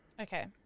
Okay